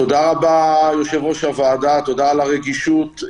תודה ליושב-ראש הוועדה, תודה על הרגישות.